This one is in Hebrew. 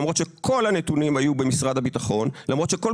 למרות שכל הנתונים היו במשרד הביטחון; למרות שבכל